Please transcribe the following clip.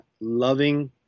loving